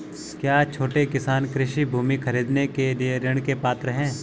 क्या छोटे किसान कृषि भूमि खरीदने के लिए ऋण के पात्र हैं?